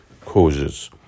causes